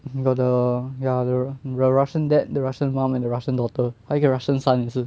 you got the ya the the russian dad the russian mom and the russian daughter 还有一个 russian son 也是